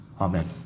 Amen